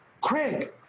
Craig